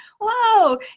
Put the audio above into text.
Whoa